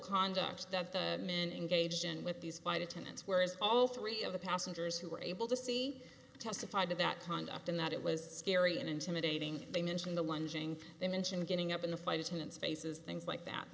contact that the men engaged in with these flight attendants where is all three of the passengers who were able to see testified to that conduct in that it was scary and intimidating they mention the lunging they mention getting up in the flight attendants faces things like that